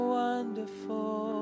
wonderful